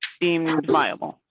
being viable.